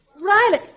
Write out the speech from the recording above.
Riley